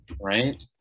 Right